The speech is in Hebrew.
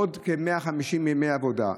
זה עוד כ-150 ימי עבודה.